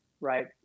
right